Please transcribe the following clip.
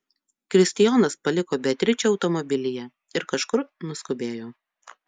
kristijonas paliko beatričę automobilyje ir kažkur nuskubėjo